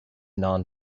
non